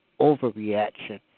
overreaction